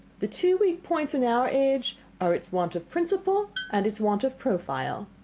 the two weak points in our age are its want of principle and its want of profile.